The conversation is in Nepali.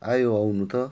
आयो आउनु त